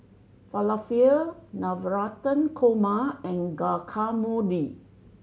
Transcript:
Falafel Navratan Korma and Guacamole